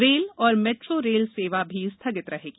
rail और metro rail सेवा भी स्थगित रहेगी